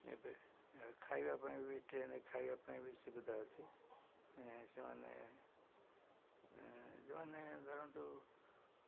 ଏବେ ଖାଇବା ପାଇଁ ବି ଟ୍ରେନରେ ଖାଇବା ପାଇଁ ବି ସୁବିଧା ଅଛି ସେମାନେ ଯେଉଁମାନେ ଧରନ୍ତୁ